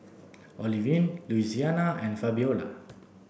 Olivine Louisiana and Fabiola